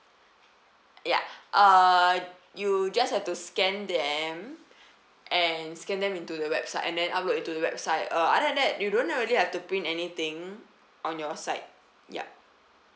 ya uh you just have to scan them and scan then into the website and then upload into the website uh other that you don't really have to print anything on your side yup